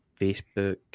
Facebook